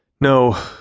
No